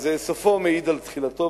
אז סופו מעיד על תחילתו,